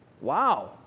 Wow